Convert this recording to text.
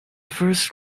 first